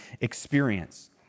experience